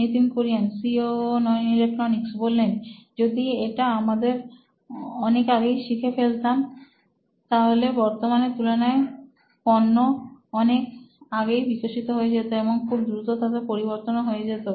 Nitin Kurian C O O electronics যদি এটা আমরা অনেক আগে শিখে ফেলতাম তাহলে বর্তমানের তুলনায় পর্নো অনেক আগেই বিকশিত হয়ে যেত এবং খুব দ্রুত তাতে পরিবর্তনও হয়ে যেত